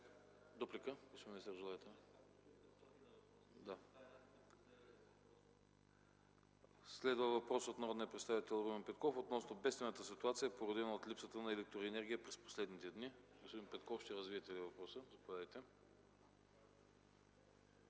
Трайков.) Следва въпрос от народния представител Румен Петков относно бедствената ситуация, породена от липсата на електроенергия през последните дни. Господин Петков, ще развиете ли въпроса? Заповядайте!